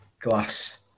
glass